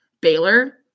Baylor